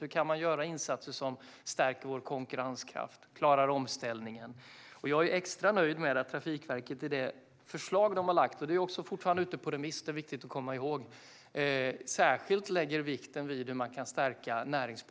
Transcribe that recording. Hur kan man göra insatser som stärker vår konkurrenskraft och som klarar omställningen? Jag är extra nöjd med att Trafikverket i det förslag man har lagt fram - det är viktigt att komma ihåg att det fortfarande är ute på remiss - lägger särskild vikt vid hur näringspolitiken kan stärkas.